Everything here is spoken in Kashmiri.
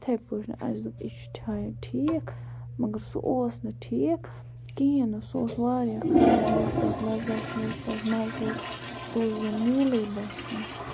اِتھٕے پٲٹھۍ نہٕ اَسہِ دوٚپ یہِ چھُ تھایَن ٹھیٖک مَگر سُہ اوس نہٕ ٹھیٖک کِہیٖنۍ نہٕ سُہ اوس واریاہ خراب نہ اوس تَتھ لَذت نہ اوس تَتھ مَزٕ سُہ اوس زَن نیوٗلٕے باسان